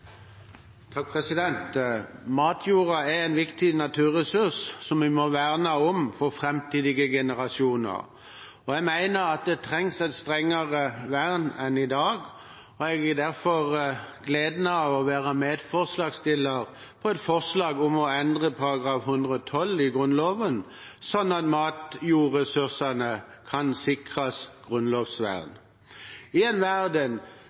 vi må verne for framtidige generasjoner, og jeg mener at det trengs et sterkere vern enn i dag. Jeg har derfor gleden av å være medforslagsstiller til et forslag om å endre § 112 i Grunnloven, slik at matjordressursene kan sikres grunnlovsvern. I en verden